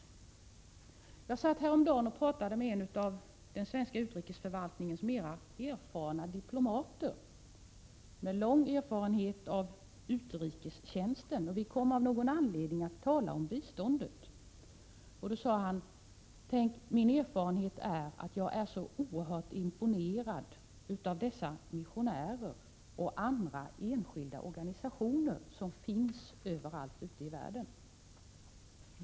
Häromdagen satt jag och pratade med en av den svenska utrikesförvaltningens mer erfarna diplomater, med lång erfarenhet av utrikestjänsten. Av någon anledning kom vi att tala om biståndet. Då sade han: Tänk, min erfarenhet är att jag är oerhört imponerad av dessa missionärer och enskilda organisationer som finns överallt ute i världen.